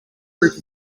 group